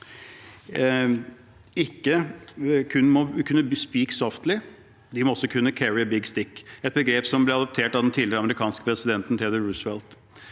kun må kunne «speak softly», de må også kunne «carry a big stick» – et begrep som ble adoptert av den tidligere amerikanske presidenten Theodore Roosevelt.